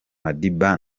madiba